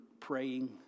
praying